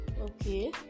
okay